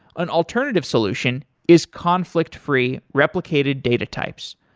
an alternative solution is conflict-free replicated data types,